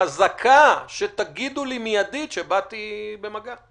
חזקה שתגידו לי מידית שבאתי במגע.